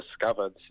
discovered